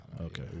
Okay